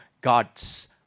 God's